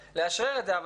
לאשרר את זה.